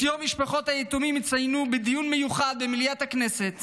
את יום משפחות היתומים יציינו בדיון מיוחד במליאת הכנסת